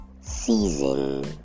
season